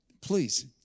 Please